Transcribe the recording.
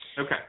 Okay